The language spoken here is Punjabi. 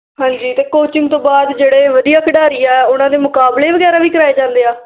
ਹਾਂਜੀ ਅਤੇ ਕੋਚਿੰਗ ਤੋਂ ਬਾਅਦ ਜਿਹੜੇ ਵਧੀਆ ਖਿਡਾਰੀ ਆ ਉਹਨਾਂ ਦੇ ਮੁਕਾਬਲੇ ਵਗੈਰਾ ਵੀ ਕਰਾਏ ਜਾਂਦੇ ਆ